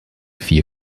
vier